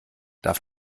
darf